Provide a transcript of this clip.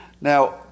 Now